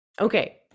Okay